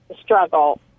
struggle